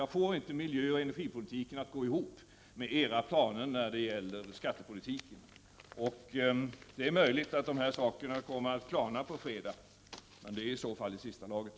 Jag får inte miljöoch energipolitiken att gå ihop med era planer när det gäller skattepolitiken. Det är möjligt att de här sakerna kommer att klarna på fredag, men det är i så fall i senaste laget.